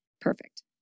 Perfect